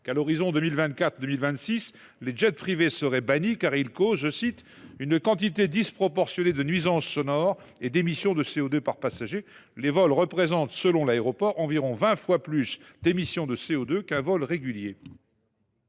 qu’à l’horizon 2024 2026, les jets privés seraient bannis, car ils causent « une quantité disproportionnée de nuisances sonores et d’émissions de CO2 par passagers ». Les vols représentent, selon l’aéroport, environ vingt fois plus d’émissions de CO2 qu’un vol régulier.